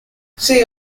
see